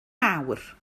mawr